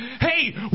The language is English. Hey